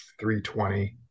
320